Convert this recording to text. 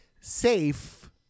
safe